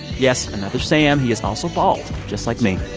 yes, another sam. he is also bald, just like me